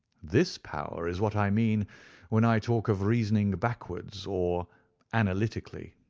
this power is what i mean when i talk of reasoning backwards, or analytically.